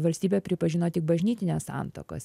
valstybė pripažino tik bažnytines santuokas